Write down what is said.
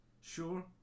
sure